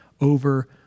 over